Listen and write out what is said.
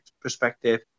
perspective